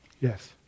Yes